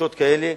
חששות כאלה.